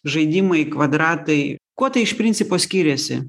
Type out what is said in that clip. žaidimai kvadratai kuo tai iš principo skyrėsi